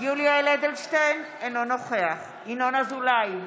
יולי יואל אדלשטיין, אינו נוכח ינון אזולאי,